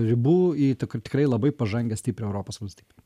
ribų į tik tikrai labai pažangią stiprią europos valsty